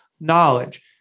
knowledge